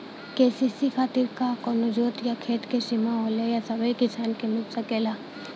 KCC खातिर का कवनो जोत या खेत क सिमा होला या सबही किसान के मिल सकेला?